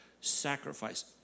sacrifice